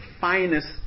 finest